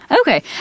okay